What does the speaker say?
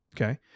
okay